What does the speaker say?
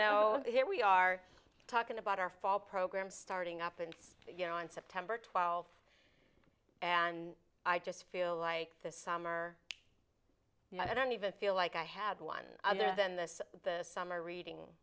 know here we are talking about our fall program starting up and you know on september twelfth and i just feel like this summer i don't even feel like i had one other than this the summer reading